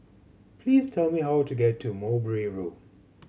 please tell me how to get to Mowbray Road